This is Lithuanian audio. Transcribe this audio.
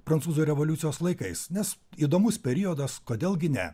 prancūzų revoliucijos laikais nes įdomus periodas kodėl gi ne